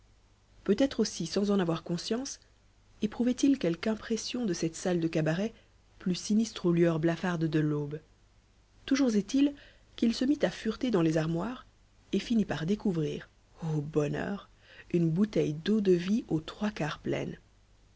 peut-être aussi sans en avoir conscience éprouvait-il quelque impression de cette salle de cabaret plus sinistre aux lueurs blafardes de l'aube toujours est-il qu'il se mit à fureter dans les armoires et finit par découvrir ô bonheur une bouteille d'eau-de-vie aux trois quarts pleine